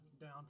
down